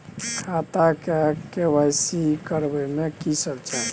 खाता के के.वाई.सी करबै में की सब चाही?